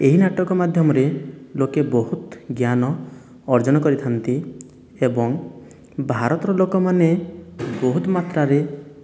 ଏହି ନାଟକ ମାଧ୍ୟମରେ ଲୋକେ ବହୁତ ଜ୍ଞାନ ଅର୍ଜନ କରିଥାନ୍ତି ଏବଂ ଭାରତର ଲୋକମାନେ ବହୁତ ମାତ୍ରାରେ